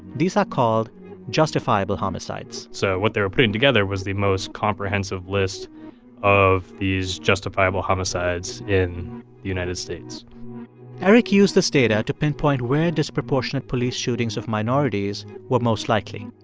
these are called justifiable homicides so what they were putting together was the most comprehensive list of these justifiable homicides in the united states eric used this data to pinpoint where disproportionate police shootings of minorities were most likely.